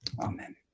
Amen